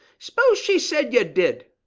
spose she said you did!